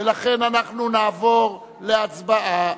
ולכן אנחנו נעבור להצבעה.